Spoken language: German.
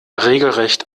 regelrecht